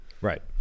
right